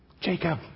Jacob